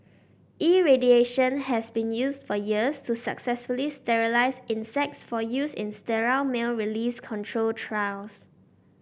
irradiation has been used for years to successfully sterilise insects for use in sterile male release control trials